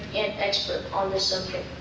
and expert on the subject.